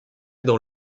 dans